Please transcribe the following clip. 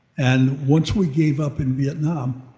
and once we gave up in vietnam,